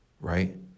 right